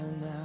now